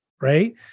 right